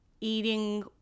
eating